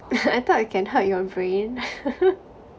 I thought it can hurt your brain